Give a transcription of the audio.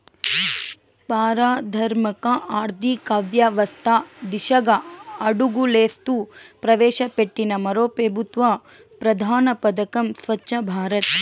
పారదర్శక ఆర్థికవ్యవస్త దిశగా అడుగులేస్తూ ప్రవేశపెట్టిన మరో పెబుత్వ ప్రధాన పదకం స్వచ్ఛ భారత్